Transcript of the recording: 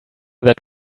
that